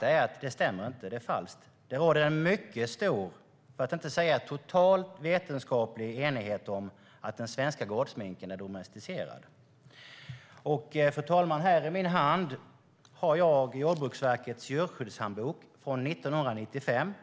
Det är fel. Det råder mycket stor, för att inte säga total, vetenskaplig enighet om att den svenska gårdsminken är domesticerad. Fru talman! I min hand håller jag Jordbruksverkets Djurskyddshandbok från 1995.